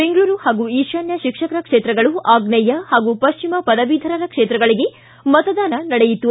ದೆಂಗಳೂರು ಹಾಗೂ ಈಶಾನ್ಯ ಶಿಕ್ಷಕರ ಕ್ಷೇತ್ರಗಳು ಆಗ್ನೇಯ ಹಾಗೂ ಪಶ್ಚಿಮ ಪದವೀಧರರ ಕ್ಷೇತ್ರಗಳಿಗೆ ಮತದಾನ ನಡೆಯಿತು